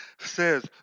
says